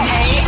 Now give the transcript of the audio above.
Hey